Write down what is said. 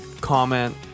comment